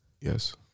Yes